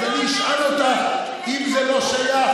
אז אני אשאל אותך: אם זה לא שייך,